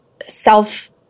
self